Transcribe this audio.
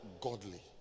godly